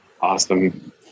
Awesome